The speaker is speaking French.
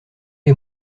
les